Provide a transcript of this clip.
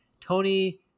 tony